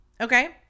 okay